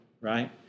right